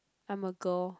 I'm a girl